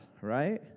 right